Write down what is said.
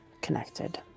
connected